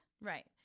Right